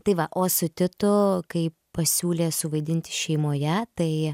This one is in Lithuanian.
tai va o su titu kai pasiūlė suvaidinti šeimoje tai